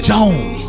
Jones